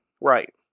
Right